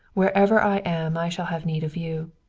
wherever i am i shall have need of you.